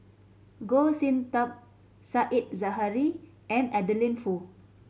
Goh Sin Tub Said Zahari and Adeline Foo